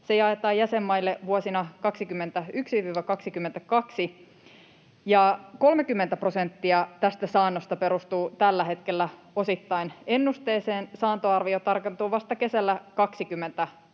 se jaetaan jäsenmaille vuosina 21—22. Ja 30 prosenttia tästä saannosta perustuu tällä hetkellä osittain ennusteeseen. Saantoarvio tarkentuu vasta kesällä 22,